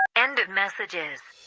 end of messages